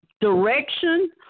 direction